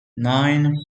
nine